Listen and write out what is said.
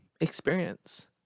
experience